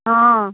ହଁ